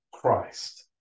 Christ